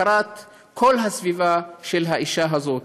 הפקרת כל הסביבה של האישה הזאת.